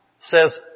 says